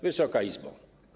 Wysoka Izbo!